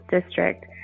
District